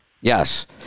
yes